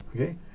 okay